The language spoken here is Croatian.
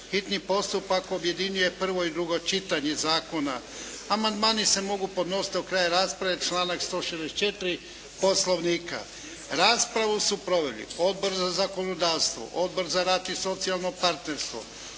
hitni postupak objedinjuje prvo i drugo čitanje zakona. Amandmani se mogu podnositi do kraja rasprave, članak 164. Poslovnika. Raspravu su proveli Odbor za zakonodavstvo, Odbor za rad i socijalno partnerstvo,